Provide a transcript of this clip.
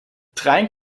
trein